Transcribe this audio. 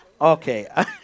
Okay